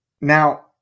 Now